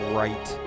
right